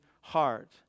heart